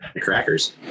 Crackers